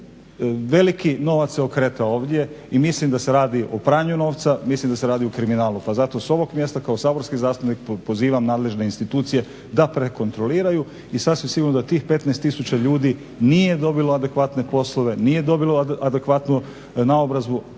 Veliki novac se okretao ovdje i mislim da se radi o pranju novca, mislim da se radio o kriminalu. Pa zato s ovog mjesta kao saborski zastupnik pozivam nadležne institucije da prekontroliraju i sasvim sigurno da tih 15 tisuća ljudi nije dobilo adekvatne poslove, nije dobilo adekvatnu naobrazbu